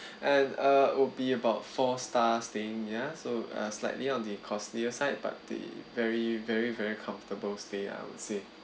and uh would be about four star staying ya so uh slightly on the costly side but the very very very comfortable stay I would say